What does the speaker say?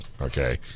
okay